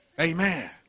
Amen